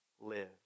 live